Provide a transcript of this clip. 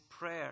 prayer